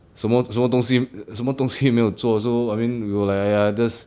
什么什么东西什么东西没有做 so I mean we were like !aiya! just